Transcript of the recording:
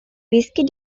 whisky